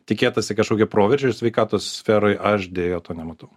tikėtasi kažkokio proveržio sveikatos sferoj aš dėl to nematau